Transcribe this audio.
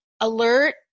alert